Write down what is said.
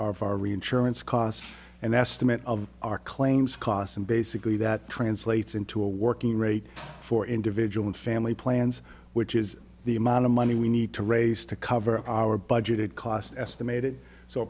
our reinsurance cost and estimate of our claims cost and basically that translates into a working rate for individual and family plans which is the amount of money we need to raise to cover our budgeted cost estimated so